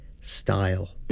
style